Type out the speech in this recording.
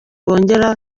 wongera